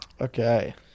Okay